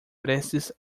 prestes